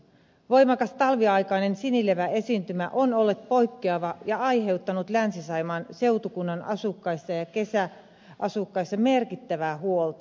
voimakas talviaikainen sinileväesiintymä on ollut poikkeava ja aiheuttanut länsi saimaan seutukunnan asukkaissa ja kesäasukkaissa merkittävää huolta